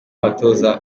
abatoza